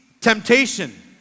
temptation